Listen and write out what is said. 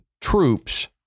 troops